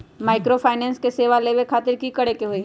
Microfinance के सेवा लेबे खातीर की करे के होई?